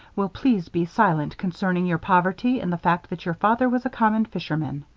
will please be silent concerning your poverty and the fact that your father was a common fishman.